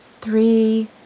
three